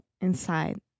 inside